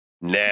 now